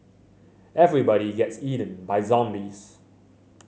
everybody gets eaten by zombies